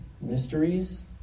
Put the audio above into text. mysteries